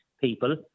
people